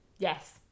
Yes